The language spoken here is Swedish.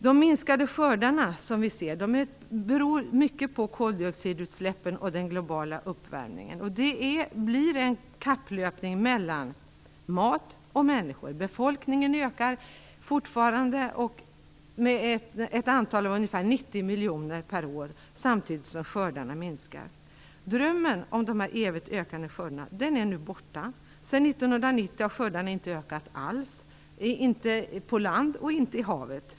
De minskade skördarna beror mycket på koldioxidutsläppen och den globala uppvärmningen. Det blir en kapplöpning mellan mat och människor. Jordens befolkning ökar fortfarande med ungefär 90 miljoner människor per år, samtidigt som skördarna minskar. Drömmen om de evigt ökande skördarna är nu borta. Sedan 1990 har skördarna inte ökat alls, vare sig på land eller i havet.